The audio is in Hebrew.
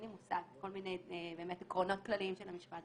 כל מיני עקרונות כללים של המשפט,